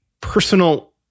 personal